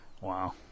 Wow